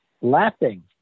laughing